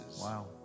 wow